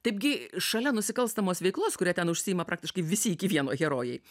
taip gi šalia nusikalstamos veiklos kuria ten užsiima praktiškai visi iki vieno herojai